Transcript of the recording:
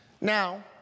Now